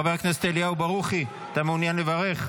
חבר הכנסת אליהו ברוכי, אתה מעוניין לברך?